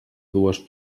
dues